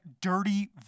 dirty